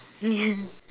ya